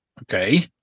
Okay